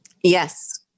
Yes